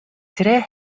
tre